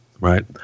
Right